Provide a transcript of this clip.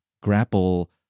grapple